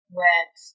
went